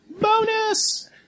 Bonus